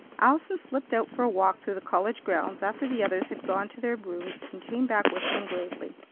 allison slipped out for a walk through the college grounds after the others had gone to their rooms, and came back whistling gravely.